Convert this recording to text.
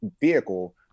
vehicle